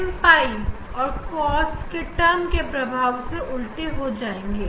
m pi और cos शब्द के प्रभाव उल्टे हो जाएंगे